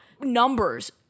numbers